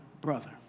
brother